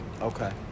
Okay